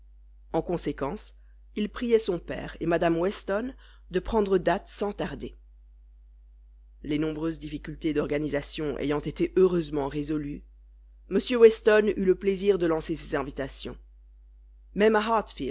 en conséquence il priait son père et mme weston de prendre date sans tarder les nombreuses difficultés d'organisation ayant été heureusement résolues m weston eut le plaisir de lancer ses invitations même